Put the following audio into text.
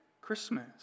Christmas